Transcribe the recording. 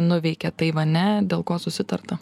nuveikė taivane dėl ko susitarta